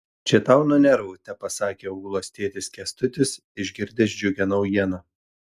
čia tau nuo nervų tepasakė ulos tėtis kęstutis išgirdęs džiugią naujieną